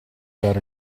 got